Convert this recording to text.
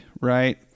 right